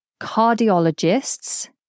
cardiologists